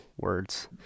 words